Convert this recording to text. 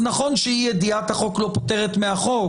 נכון שאי-ידיעת החוק לא פוטרת מהחוק,